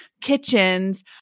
kitchens